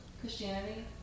Christianity